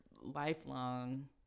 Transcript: lifelong